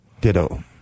Ditto